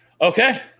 Okay